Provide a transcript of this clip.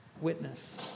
witness